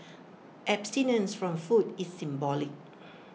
abstinence from food is symbolic